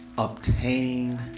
Obtain